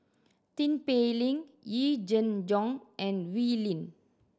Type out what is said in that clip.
Tin Pei Ling Yee Jenn Jong and Wee Lin